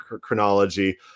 chronology